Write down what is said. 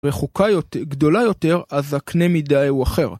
רחוקה יותר, גדולה יותר, אז הקנה מידה הוא אחר.